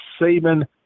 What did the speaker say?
Saban